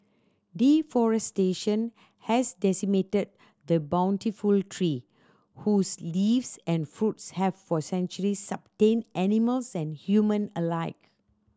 deforestation has decimated the bountiful tree whose leaves and fruits have for centuries sustained animals and human alike